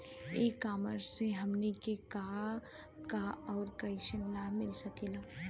ई कॉमर्स से हमनी के का का अउर कइसन लाभ मिल सकेला?